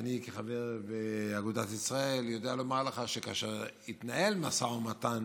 אני כחבר באגודת ישראל יודע לומר לך שהתנהל משא ומתן